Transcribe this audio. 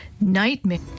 nightmare